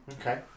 Okay